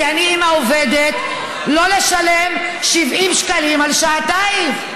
כי אני אימא עובדת לא לשלם 70 שקלים על שעתיים.